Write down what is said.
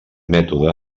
mètode